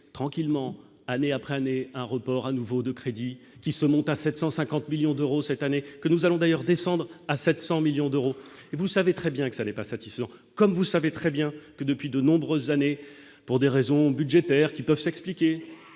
tranquillement, année après année un report à nouveau de crédit qui se montent à 750 millions d'euros cette année que nous allons d'ailleurs descendre à 700 millions d'euros, et vous savez très bien que ça n'est pas satisfaisant comme vous savez très bien que, depuis de nombreuses années pour des raisons budgétaires qui peuvent s'expliquer,